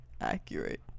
accurate